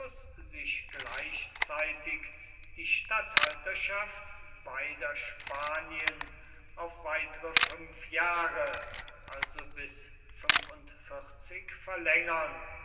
sich gleichzeitig die statthalterschaft beider spanien auf weitere fünf jahre also bis verlängern